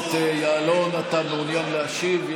הכנסת יעלון, אתה מעוניין להשיב?